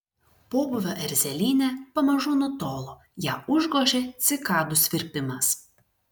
pobūvio erzelynė pamažu nutolo ją užgožė cikadų svirpimas